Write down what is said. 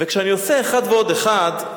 וכשאני עושה אחד ועוד אחד,